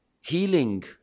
healing